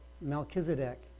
Melchizedek